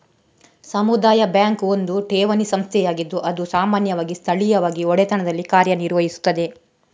ಸಮುದಾಯ ಬ್ಯಾಂಕ್ ಒಂದು ಠೇವಣಿ ಸಂಸ್ಥೆಯಾಗಿದ್ದು ಅದು ಸಾಮಾನ್ಯವಾಗಿ ಸ್ಥಳೀಯವಾಗಿ ಒಡೆತನದಲ್ಲಿ ಕಾರ್ಯ ನಿರ್ವಹಿಸುತ್ತದೆ